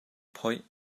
phoih